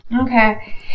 okay